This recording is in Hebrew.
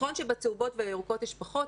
נכון שבצהובות ובירוקות יש פחות,